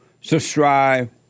subscribe